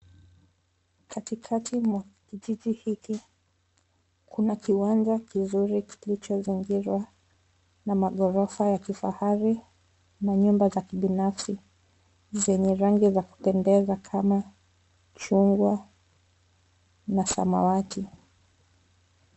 Katikati mwa kijiji hiki, kuna kiwanja kizuri kilichozingirwa na magorofa ya kifahari na nyumba za kibinafsi zenye rangi za kupendeza kama chungwa na samawati.